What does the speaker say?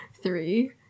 Three